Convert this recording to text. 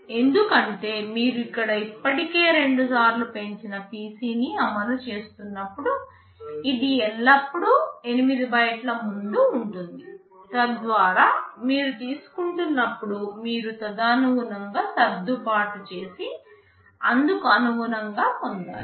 ఎందుకంటే మీరు ఇక్కడ ఇప్పటికే రెండుసార్లు పెంచిన పిసిని అమలు చేస్తున్నప్పుడు ఇది ఎల్లప్పుడూ 8 బైట్ల ముందు ఉంటుంది తద్వారా మీరు తీసుకుంటున్నప్పుడు మీరు తదనుగుణంగా సర్దుబాటు చేసి అందుకు అనుగుణంగా పొందాలి